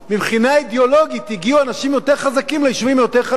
מבחינה אידיאולוגית הגיעו אנשים יותר חזקים ליישובים החלשים יותר.